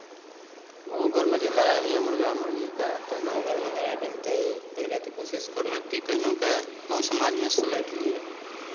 गाँव घरमे जे लड़ाइ होइए मुरगा मुरगीके तऽ गाँव घरमे लड़ाइ भेल तऽ पहिले तऽ कोशिश करलक कि केहुनो कऽ गाँव समाजमे सलटि लिए